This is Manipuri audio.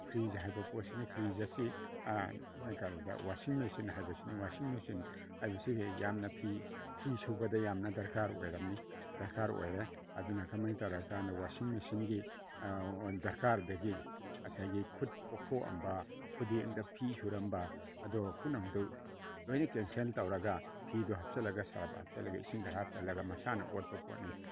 ꯐ꯭ꯔꯤꯖ ꯍꯥꯏꯕ ꯄꯣꯠꯁꯤꯅꯤ ꯐ꯭ꯔꯤꯖ ꯑꯁꯤ ꯀꯔꯤꯗ ꯋꯥꯁꯤꯡ ꯃꯦꯆꯤꯟ ꯍꯥꯏꯕꯁꯤꯅꯤ ꯋꯥꯁꯤꯡ ꯃꯦꯆꯤꯟ ꯍꯥꯏꯕꯁꯤ ꯌꯥꯝꯅ ꯐꯤ ꯐꯤ ꯁꯨꯕꯗ ꯌꯥꯝꯅ ꯗꯔꯀꯥꯔ ꯑꯣꯏꯔꯝꯃꯤ ꯗꯔꯀꯥꯔ ꯑꯣꯏꯔꯦ ꯑꯗꯨꯅ ꯀꯃꯥꯏ ꯇꯧꯔꯦ ꯍꯥꯏ ꯀꯥꯟꯗ ꯋꯥꯁꯤꯡ ꯃꯦꯆꯤꯟꯒꯤ ꯗꯔꯀꯥꯔꯗꯒꯤ ꯉꯁꯥꯏꯒꯤ ꯈꯨꯠ ꯄꯣꯛꯊꯣꯛꯑꯝꯕ ꯈꯨꯗꯦꯡꯗ ꯐꯤ ꯁꯨꯔꯝꯕ ꯑꯗꯣ ꯄꯨꯝꯅꯃꯛꯇꯨ ꯂꯣꯏꯅ ꯀꯦꯟꯁꯦꯜ ꯇꯧꯔꯒ ꯐꯤꯗꯣ ꯍꯥꯞꯆꯜꯂꯒ ꯁꯔꯞ ꯍꯥꯞꯆꯜꯂꯒ ꯏꯁꯤꯡ ꯈꯔ ꯍꯥꯞꯆꯜꯂꯒ ꯃꯁꯥꯅ ꯑꯣꯠꯄ ꯄꯣꯠꯅꯤ